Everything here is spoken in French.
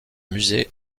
musées